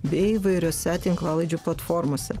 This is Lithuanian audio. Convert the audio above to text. bei įvairiose tinklalaidžių platformose